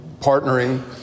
partnering